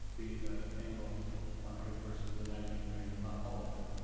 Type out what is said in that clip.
be the angled concrete versus the ninety degree angle, not all of it.